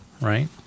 right